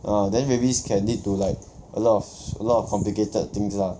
ah then rabies can lead to like a lot of a lot of complicated things lah